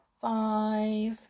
five